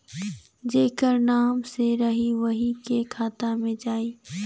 जेके नाम से रही वही के खाता मे जाई